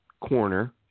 corner